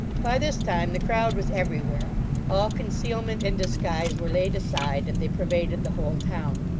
by this time, the crowd was everywhere all concealment and disguise were laid aside, and they pervaded the whole town.